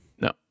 No